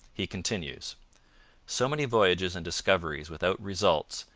he continues so many voyages and discoveries without results,